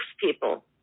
people